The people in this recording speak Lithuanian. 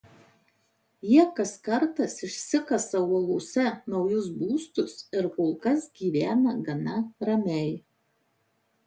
jie kas kartas išsikasa uolose naujus būstus ir kol kas gyvena gana ramiai